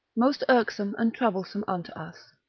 most irksome and troublesome unto us,